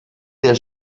der